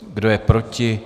Kdo je proti?